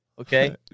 Okay